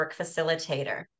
facilitator